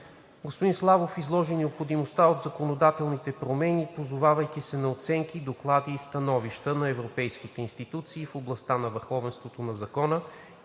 Господин Славов изложи необходимостта от законодателните промени, позовавайки се на оценки, доклади и становища на Европейските институции в областта на върховенството на закона,